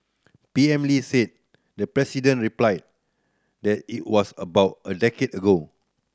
P M Lee said the president replied that it was about a decade ago